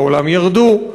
בעולם ירדו.